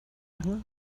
lange